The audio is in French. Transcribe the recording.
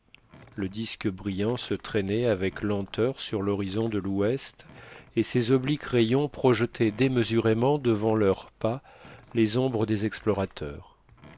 le disque brillant se traînait avec lenteur sur l'horizon de l'ouest et ses obliques rayons projetaient démesurément devant leurs pas les ombres des explorateurs